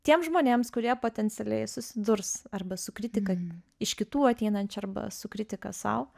tiems žmonėms kurie potencialiai susidurs arba su kritika iš kitų ateinančių arba su kritika sau